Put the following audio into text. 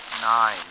Nine